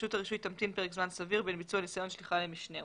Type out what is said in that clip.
רשות הרישוי תמתין פרק זמן סביר בין ביצוע ניסיון שליחה אחד למשנהו.